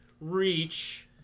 reach